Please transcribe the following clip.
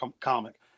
comic